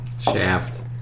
Shaft